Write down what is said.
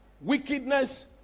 wickedness